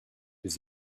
his